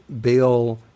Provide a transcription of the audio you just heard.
Bill